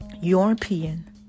European